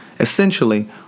Essentially